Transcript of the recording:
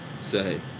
say